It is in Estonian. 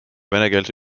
venekeelse